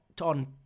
on